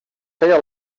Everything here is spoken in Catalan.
feia